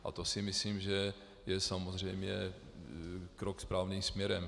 A to si myslím, že je samozřejmě krok správným směrem.